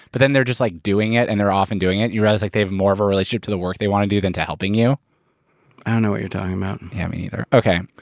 but then they're just like, doing it and they're off and doing it and you realize like they have more of a relationship to the work they want to do than to helping you? i don't know what you're talking about. yeah me neither. okay.